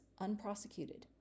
unprosecuted